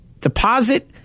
deposit